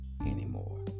anymore